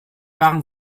waren